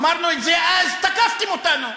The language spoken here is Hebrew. אמרנו את זה אז, תקפתם אותנו.